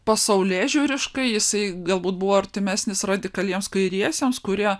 pasaulėžiūriškai jisai galbūt buvo artimesnis radikaliems kairiesiems kurie